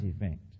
effect